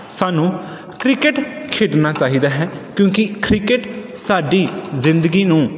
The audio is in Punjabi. ਸਾਨੂੰ ਕ੍ਰਿਕਟ ਖੇਡਣਾ ਚਾਹੀਦਾ ਹੈ ਕਿਉਂਕਿ ਕ੍ਰਿਕਟ ਸਾਡੀ ਜ਼ਿੰਦਗੀ ਨੂੰ